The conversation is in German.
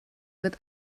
wird